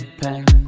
pain